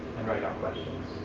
and write down questions.